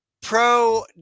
pro